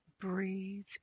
breathe